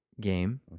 game